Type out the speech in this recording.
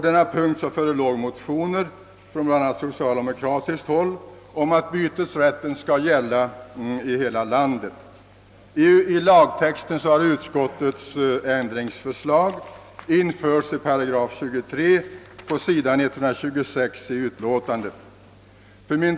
Där förelåg motioner från bl.a. socialdemokratiskt håll om att bytesrätten skall gälla i hela landet. I lagtexten har utskottets ändringsförslag införts i 35 § på s. 126 i utskottets utlåtande.